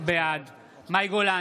בעד מאי גולן,